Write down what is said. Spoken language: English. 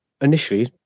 initially